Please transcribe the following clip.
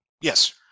Yes